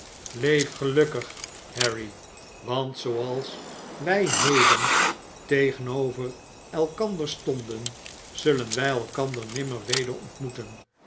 gelukkig harry want zooals wij heden tegenover elkander stonden zullen wij elkander nimmer weder ontmoeten